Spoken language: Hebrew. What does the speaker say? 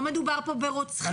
לא מדובר כאן ברוצחים.